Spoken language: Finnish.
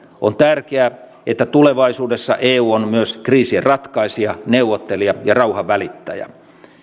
on tärkeää että tulevaisuudessa eu on myös kriisien ratkaisija neuvottelija ja rauhanvälittäjä